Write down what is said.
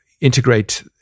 integrate